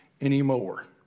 anymore